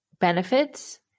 benefits